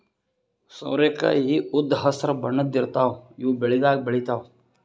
ಸೋರೆಕಾಯಿ ಉದ್ದ್ ಹಸ್ರ್ ಬಣ್ಣದ್ ಇರ್ತಾವ ಇವ್ ಬೆಳಿದಾಗ್ ಬೆಳಿತಾವ್